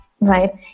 right